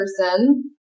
person